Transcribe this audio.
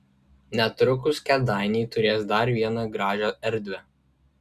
netrukus kėdainiai turės dar vieną gražią erdvę